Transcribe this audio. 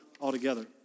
altogether